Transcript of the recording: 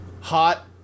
Hot